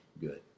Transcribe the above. good